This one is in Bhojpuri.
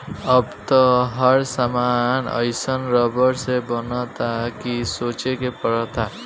अब त हर सामान एइसन रबड़ से बनता कि सोचे के पड़ता